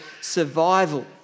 survival